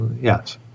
Yes